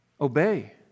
Obey